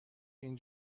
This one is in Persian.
این